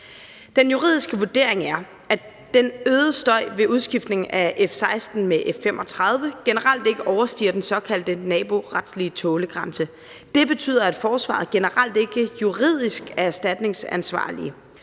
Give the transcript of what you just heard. Den juridiske vurdering er, at den øgede støj ved udskiftningen af F 16 med F 35 generelt ikke overstiger den såkaldte naboretlige tålegrænse. Det betyder, at forsvaret generelt ikke juridisk er erstatningsansvarlig.